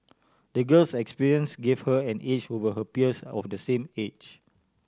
the girl's experience gave her an edge over her peers of the same age